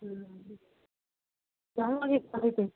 ਜਾਵਾਂਗੇ ਕਾਹਦੇ 'ਤੇ